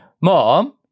Mom